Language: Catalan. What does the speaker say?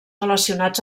relacionats